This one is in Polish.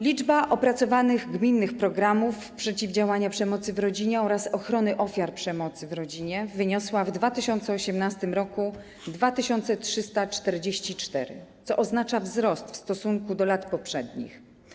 Liczba opracowanych gminnych programów przeciwdziałania przemocy w rodzinie oraz ochrony ofiar przemocy w rodzinie wyniosła w 2018 r. 2344, co oznacza wzrost w stosunku do lat poprzednich.